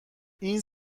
این